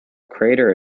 crater